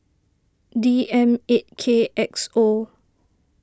D M eight K X O